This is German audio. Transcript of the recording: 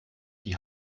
die